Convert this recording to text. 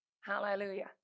Hallelujah